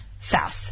south